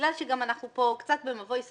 בגלל שגם אנחנו כאן קצת במבוי סתום,